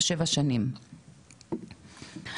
הוועדה מבקשת מרשות האוכלוסין,